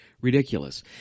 ridiculous